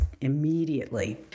immediately